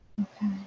Okay